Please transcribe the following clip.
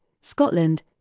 Scotland